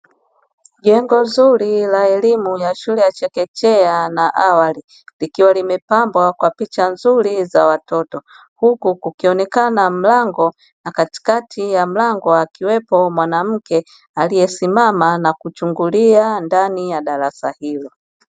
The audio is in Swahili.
Jengo nzuri la elimu ya shule ya chekechea na awali likiwa limepambwa kwa picha nzuri za watoto huku kukionekana mlango akiwepo mwanamke mmama ana kuchungulia ndani ya darasa hilo.